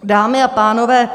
Dámy a pánové.